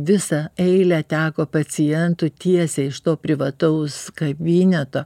visą eilę teko pacientų tiesiai iš to privataus kabineto